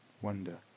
wonder